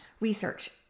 research